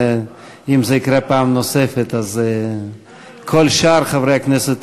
אם זה יקרה פעם נוספת, כל שאר חברי הכנסת